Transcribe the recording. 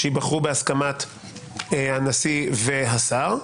שייבחרו בהסכמת הנשיא והשר.